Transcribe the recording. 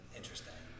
interesting